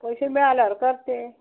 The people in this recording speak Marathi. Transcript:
पैसे मिळाल्यावर करते